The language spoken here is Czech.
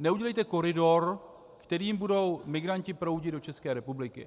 neudělejte koridor, kterým budou migranti proudit do České republiky.